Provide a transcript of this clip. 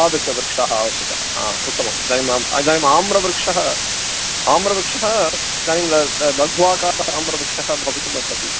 तादृशः वृक्षः आवश्यकः उत्तमम् इदानीम् इदानीम् आम्रवृक्षः आम्रवृक्षः इदानीं लघ्वाकाराः आम्रवृक्षाः भवितुमर्हन्ति